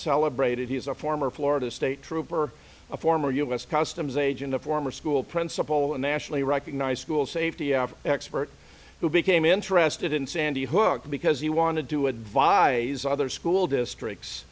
celebrated he is a former florida state trooper a former u s customs agent a former school principal a nationally recognized school safety after expert who became interested in sandy hook because he wanted to advise other school districts